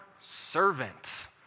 servant